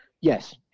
Yes